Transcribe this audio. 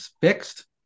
fixed